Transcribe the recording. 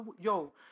Yo